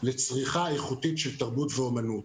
לצריכה איכותית של תרבות ואומנות.